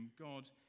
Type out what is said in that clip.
God